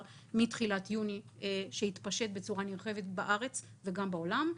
מתחילת יוני שהתפשט בצורה נרחבת בארץ וגם בעולם,